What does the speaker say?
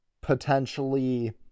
potentially